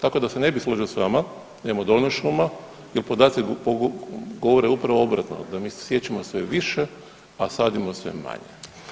Tako da se ne bih složio sa vama, imamo dovoljno šuma, jer podaci govore upravo obratno da mi siječemo sve više, a sadimo sve manje.